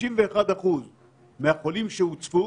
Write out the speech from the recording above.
51% מהחולים שהוצפו,